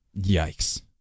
Yikes